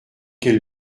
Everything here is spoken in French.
quel